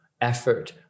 effort